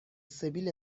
سبیل